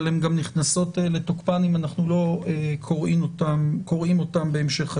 אבל הן גם נכנסות לתוקפן אם אנחנו לא קוראים אותן בהמשך היום.